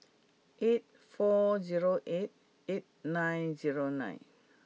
eight four zero eight eight nine zero nine